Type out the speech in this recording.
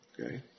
Okay